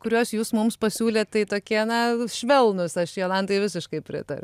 kuriuos jūs mums pasiūlėt tai tokie na švelnūs aš jolantai visiškai pritariu